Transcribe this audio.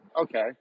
Okay